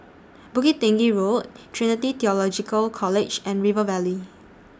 Bukit Tinggi Road Trinity Theological College and River Valley